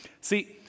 see